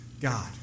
God